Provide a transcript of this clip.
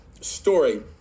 story